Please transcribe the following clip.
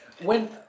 when-